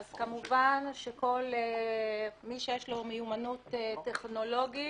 אז כמובן שכל מי שיש לו מיומנות טכנולוגית